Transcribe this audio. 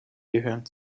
gehören